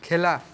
খেলা